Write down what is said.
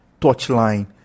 touchline